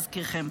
להזכירכם.